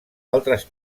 altres